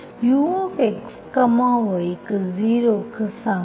uxy க்கு 0 க்கு சமம்